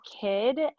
kid